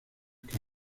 que